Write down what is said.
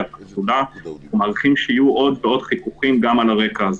הפסולה הזאת יהיו עוד ועוד חיכוכים גם על הרקע הזה.